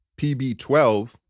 PB12